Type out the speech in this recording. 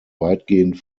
weitgehend